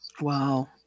Wow